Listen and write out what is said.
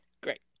Great